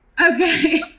Okay